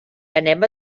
anem